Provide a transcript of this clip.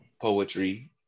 poetry